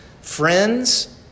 friends